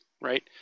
Right